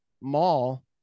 mall